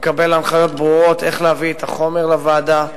הוא מקבל הנחיות ברורות איך להביא את החומר לוועדה.